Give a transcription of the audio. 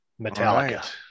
Metallica